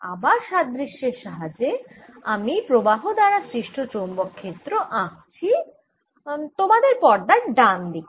আবার সাদৃশ্যের সাহায্যে আমি প্রবাহ দ্বারা সৃষ্ট চৌম্বক ক্ষেত্র আঁকছি তোমাদের পর্দার ডান দিকে